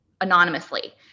anonymously